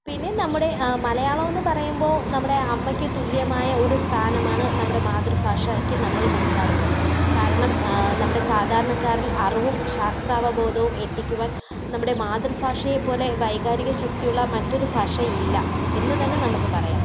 പിന്നെ നമ്മുടെ മലയാളമെന്ന് പറയുമ്പോൾ നമ്മുടെ അമ്മക്ക് തുല്യമായ ഒരു സ്ഥാനമാണ് നമ്മുടെ മാതൃഫാഷക്ക് നമ്മൾ കൊടുക്കാറുള്ളത് കാരണം നമ്മുടെ സാധാരണക്കാരിൽ അറിവും ശാസ്ത്രാവബോധവും എത്തിക്കുവാൻ നമ്മുടെ മാതൃഫാഷയേ പോലെ വൈകാരിക ശക്തിയുള്ള മറ്റൊരു ഫാഷയില്ല എന്ന് തന്നെ നമുക്ക് പറയാം